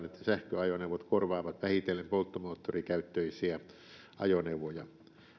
sähköajoneuvot korvaavat vähitellen polttomoottorikäyttöisiä ajoneuvoja